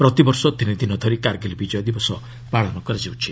ପ୍ରତିବର୍ଷ ତିନିଦିନ ଧରି କାର୍ଗିଲ୍ ବିଜୟ ଦିବସ ପାଳନ କରାଯାଉଛି